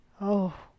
Oh